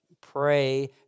pray